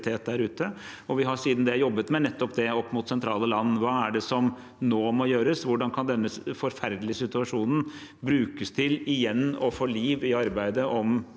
Vi har siden det jobbet med nettopp det opp mot sentrale land – hva er det som nå må gjøres, hvordan kan denne forferdelige situasjonen brukes til igjen å få liv i arbeidet om